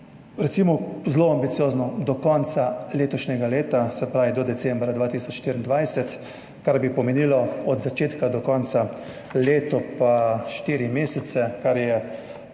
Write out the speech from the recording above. recimo, zelo ambiciozno, do konca letošnjega leta, se pravi do decembra 2024. To bi pomenilo od začetka do konca leto in štiri mesece, kar je z